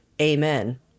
Amen